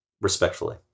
respectfully